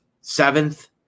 seventh